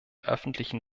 öffentlichen